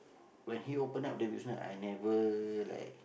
when he open up the business I never like